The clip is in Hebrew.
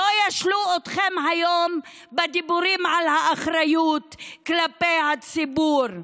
שלא ישלו אתכם היום בדיבורים על האחריות כלפי הציבור.